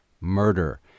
murder